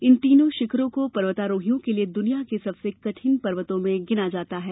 इन तीनों शिखरों को पर्वतारोहियों के लिए दुनिया के सबसे कठिन पर्वतों में गिना जाता है